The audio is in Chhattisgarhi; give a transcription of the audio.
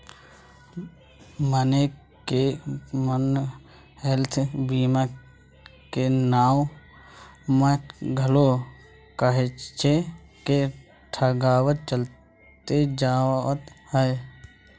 मनखे मन ह हेल्थ बीमा के नांव म घलो काहेच के ठगावत चले जावत हे